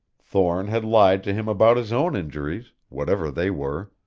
thorne had lied to him about his own injuries, whatever they were.